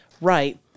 Right